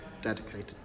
dedicated